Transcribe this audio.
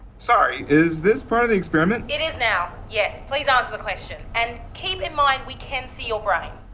sorry, is this part of the experiment? it is now, yes. please ah answer the question. and keep in mind, we can see your brain.